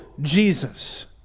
Jesus